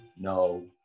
No